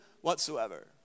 whatsoever